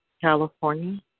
California